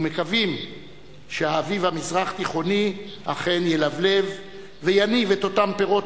ומקווים שה"אביב" המזרח-תיכוני אכן ילבלב ויניב את אותם הפירות